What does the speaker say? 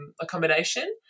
accommodation